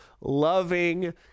loving